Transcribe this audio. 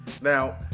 Now